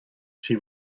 she